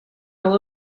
all